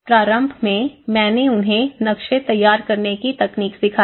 प्रारंभ में मैंने उन्हें नक्शे तैयार करने की तकनीक सिखाई